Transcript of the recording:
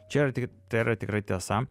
čia yra tik tai yra tikrai tiesa